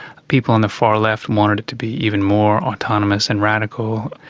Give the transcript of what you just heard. people on the far left wanted it to be even more autonomous and radical.